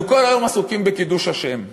אנחנו כל היום עסוקים בקידוש השם,